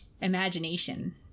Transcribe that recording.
imagination